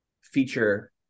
feature